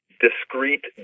discrete